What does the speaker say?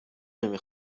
نمی